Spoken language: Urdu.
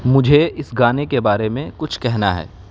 مجھے اس گانے کے بارے میں کچھ کہنا ہے